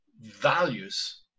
values